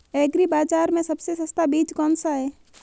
Agree बाज़ार में सबसे सस्ता बीज कौनसा है?